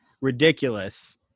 ridiculous